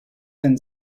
and